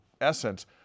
essence